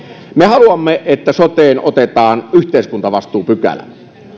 me haluamme että soteen otetaan yhteiskuntavastuupykälä